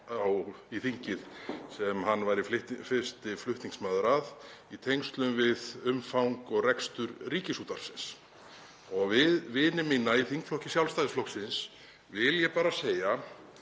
í þingið sem hann væri fyrsti flutningsmaður að í tengslum við umfang og rekstur Ríkisútvarpsins. Við vini mína í þingflokki Sjálfstæðisflokksins vil ég bara segja: